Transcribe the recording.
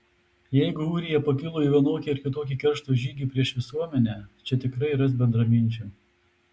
jeigu ūrija pakilo į vienokį ar kitokį keršto žygį prieš visuomenę čia tikrai ras bendraminčių